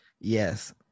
Yes